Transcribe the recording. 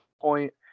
point